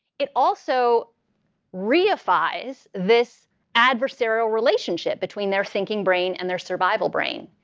it also reifies this adversarial relationship between their thinking brain and their survival brain,